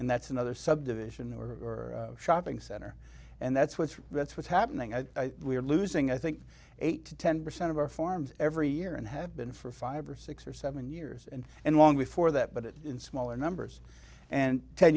and that's another subdivision or shopping center and that's what's rents what's happening i we are losing i think eight to ten percent of our forms every year and have been for five or six or seven years and and long before that but in smaller numbers and ten